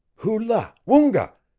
hoo-la, woonga!